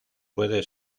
puede